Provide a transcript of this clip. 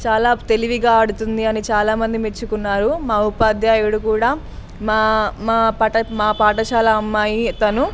చాలా తెలివిగా ఆడుతుంది అని చాలామంది మెచ్చుకున్నారు మా ఉపాధ్యాయుడు కూడా మా మా పాఠశాల అమ్మాయి తను